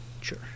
sure